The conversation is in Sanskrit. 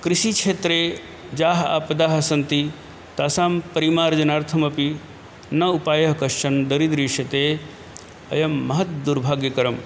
कृषिक्षेत्रे याः आपदः सन्ति तासां परिमार्जनार्थमपि न उपायः कश्चन दरीदृश्यते अयं महद् दौर्भाग्यकरं